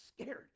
scared